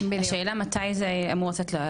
השאלה מתי זה אמור לצאת.